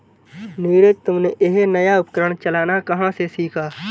नीरज तुमने यह नया उपकरण चलाना कहां से सीखा?